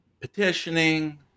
petitioning